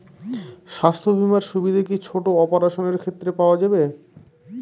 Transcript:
স্বাস্থ্য বীমার সুবিধে কি ছোট অপারেশনের ক্ষেত্রে পাওয়া যাবে?